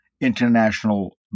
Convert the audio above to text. international